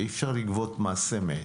ואי אפשר לגבות מס אמת,